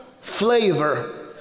flavor